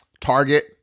Target